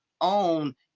own